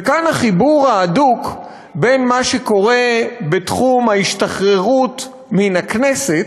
וכאן החיבור ההדוק בין מה שקורה בתחום ההשתחררות מן הכנסת,